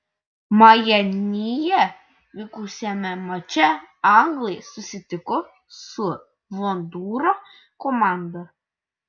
majamyje vykusiame mače anglai susitiko su hondūro komanda